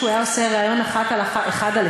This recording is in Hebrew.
שהוא היה עושה ריאיון אחד על אחד עם